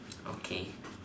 okay